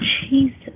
Jesus